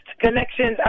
connections